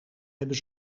hebben